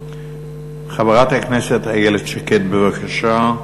חברת הכנסת איילת שקד, בבקשה,